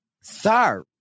sir